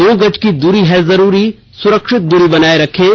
दो गज की दूरी है जरूरी सुरक्षित दूरी बनाए रखें